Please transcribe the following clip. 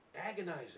Agonizing